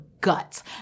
guts